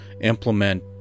implement